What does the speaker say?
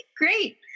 Great